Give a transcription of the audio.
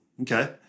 Okay